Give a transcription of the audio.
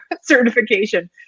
certification